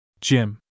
Jim